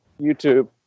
YouTube